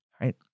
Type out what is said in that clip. right